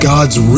God's